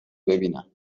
بیینم